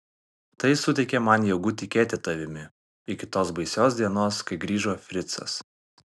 tai suteikė man jėgų tikėti tavimi iki tos baisios dienos kai grįžo fricas